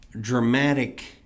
dramatic